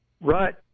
Right